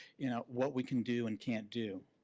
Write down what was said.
you know, what we can do and can't do.